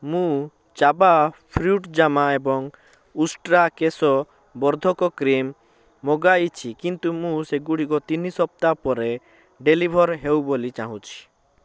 ମୁଁ ଚାବା fruit jam ଏବଂ ଉଷ୍ଟ୍ରା କେଶ ବର୍ଦ୍ଧକ କ୍ରିମ୍ ମଗାଇଛି କିନ୍ତୁ ମୁଁ ସେଗୁଡ଼ିକ ତିନି ସପ୍ତାହ ପରେ ଡେଲିଭର୍ ହେଉ ବୋଲି ଚାହୁଁଛି